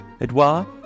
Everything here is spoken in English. Edouard